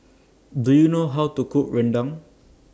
Do YOU know How to Cook Rendang